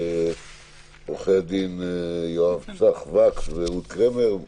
את עורכי הדין יואב צח וכס ואהוד קרמר.